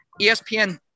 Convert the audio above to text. ESPN